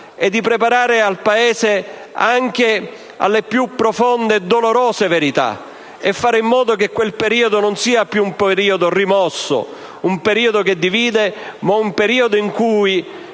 preparare il Paese anche alle più profonde e dolorose verità, e fare in modo che quel periodo non sia più un periodo rimosso, che divide, ma un periodo in cui